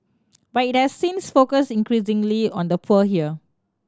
but it has since focused increasingly on the poor here